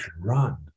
run